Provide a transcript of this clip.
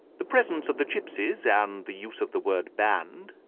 the presence of the gipsies, and the use of the word band,